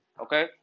Okay